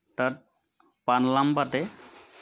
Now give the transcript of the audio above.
তাত পালনাম পাতে